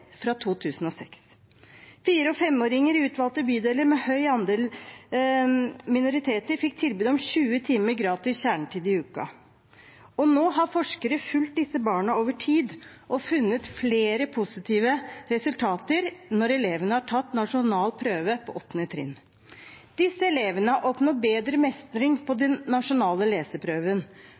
fra 2006. Fireåringer og femåringer i utvalgte bydeler med høy andel minoriteter fikk tilbud om 20 timer gratis kjernetid i uken. Nå har forskere fulgt disse barna over tid og funnet flere positive resultater når elevene har tatt nasjonal prøve på 8. trinn. Disse elevene har oppnådd bedre mestring på den nasjonale leseprøven.